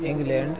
England